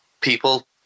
People